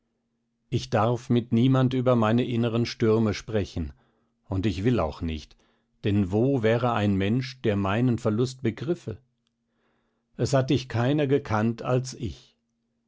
ich darf mit niemand über meine inneren stürme sprechen und ich will auch nicht denn wo wäre ein mensch der meinen verlust begriffe es hat dich keiner gekannt als ich